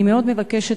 אני מאוד מבקשת